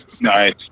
Nice